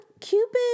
Cupid